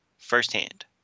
Firsthand